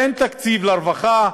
אין תקציב לרווחה.